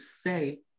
say